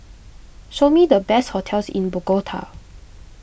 show me the best hotels in Bogota